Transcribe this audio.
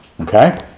okay